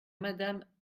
madame